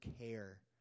care